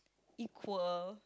equal